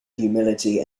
humility